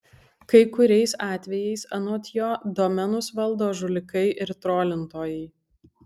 kai kuriais atvejais anot jo domenus valdo žulikai ir trolintojai